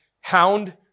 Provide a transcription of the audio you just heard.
hound